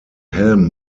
helm